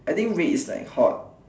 I think red is like hot